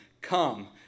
Come